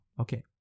Okay